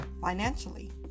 financially